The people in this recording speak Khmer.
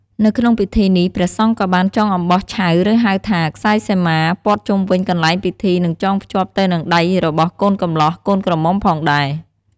នៅក្នុងពិធីនេះ ព្រះសង្ឃក៏បានចងអំបោះឆៅ ឬហៅថា ខ្សែសីមា ព័ទ្ធជុំវិញកន្លែងពិធី និងចងភ្ជាប់ទៅនឹងដៃរបស់កូនកំលោះកូនក្រមុំផងដែរ។